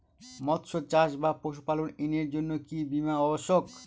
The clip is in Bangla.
মৎস্য চাষ বা পশুপালন ঋণের জন্য কি বীমা অবশ্যক?